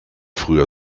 früher